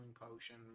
potion